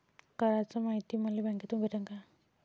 कराच मायती मले बँकेतून भेटन का?